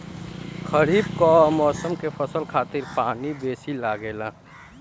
खरीफ कअ मौसम के फसल खातिर पानी बेसी लागेला